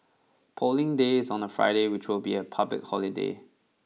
Polling Day is on a Friday which will be a public holiday